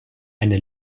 eine